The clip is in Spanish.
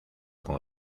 con